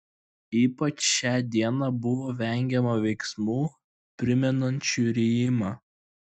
ypač šią dieną buvo vengiama veiksmų primenančių rijimą